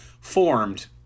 formed